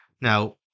Now